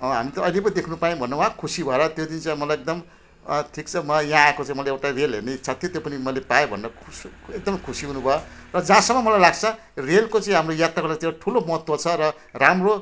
हामी त अहिले पो देख्नु पायौँ भनेर उहाँ खुसी भएर त्यो दिन चाहिँ मलाई एकदम ठिक छ मलाई यहाँ आएको चाहिँ मलाई एउटा रेल हेर्ने इच्छा थियो त्यो पनि मैले पाएँ भनेर खुसी एकदम खुसी हुनुभयो र जहाँसम्म मलाई लाग्छ रेलको चाहिँ हाम्रो यात्राको त्यो ठुलो महत्त्व छ र राम्रो